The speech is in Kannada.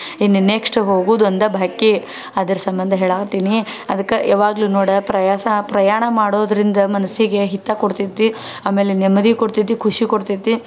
ಇನ್ನು ನೆಕ್ಸ್ಟ್ ಹೋಗೋದ್ ಒಂದು ಬಾಕಿ ಅದ್ರ ಸಂಬಂಧ ಹೇಳಾತೀನಿ ಅದಕೆ ಯಾವಾಗಲೂ ನೋಡು ಪ್ರಯಾಸ ಪ್ರಯಾಣ ಮಾಡೋದರಿಂದ ಮನಸ್ಸಿಗೆ ಹಿತ ಕೊಡ್ತೇತಿ ಆಮೇಲೆ ನೆಮ್ಮದಿ ಕೊಡ್ತೇತಿ ಖುಷಿ ಕೊಡ್ತೇತಿ